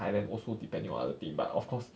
thailand also depending on other thing but of course